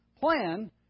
plan